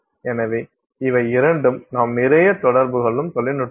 எனவே இவை இரண்டும் நாம் நிறைய தொடர்பு கொள்ளும் தொழில்நுட்பங்கள்